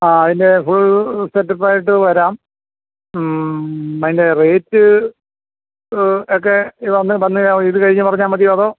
ആ അതിൻ്റെ full setup ആയിട്ട് വരാം അതിൻ്റെ റേയ്റ്റ് ഒക്കെ ഇത് ന്ന് വന്ന് ഇത് കഴിഞ്ഞ് പറഞ്ഞാൽ മതിയോ അതോ